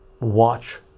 watch